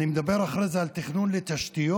אני מדבר אחרי זה על תכנון לתשתיות,